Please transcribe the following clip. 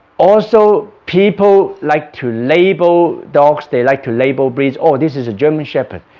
also people like to label dogs, they like to label breeds, oh this is a german shepherd,